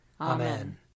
Amen